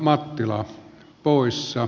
arvoisa puhemies